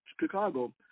Chicago